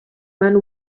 man